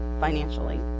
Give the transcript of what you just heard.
financially